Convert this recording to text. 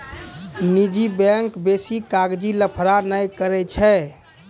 निजी बैंक बेसी कागजी लफड़ा नै करै छै